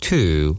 Two